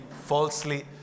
falsely